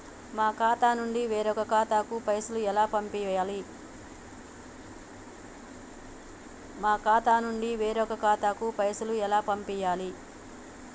మా ఖాతా నుండి వేరొక ఖాతాకు పైసలు ఎలా పంపియ్యాలి?